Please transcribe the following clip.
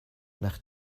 nach